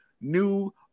new